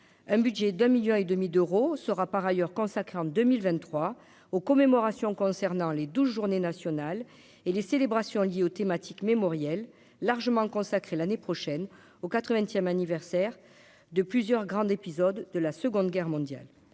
un budget d'un 1000000 et demi d'euros sera par ailleurs consacré en 2023 aux commémorations concernant les 12 journées nationales et les célébrations liées aux thématique mémorielle largement consacré l'année prochaine au 80ème anniversaire de plusieurs grandes épisodes de la seconde guerre mondiale,